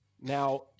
now